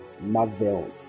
Marvel